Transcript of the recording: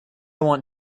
want